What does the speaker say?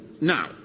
Now